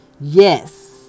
Yes